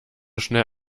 schnell